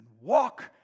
walk